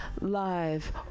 live